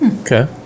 Okay